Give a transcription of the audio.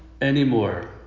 anymore